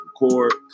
record